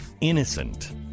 innocent